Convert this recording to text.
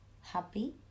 happy